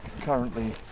currently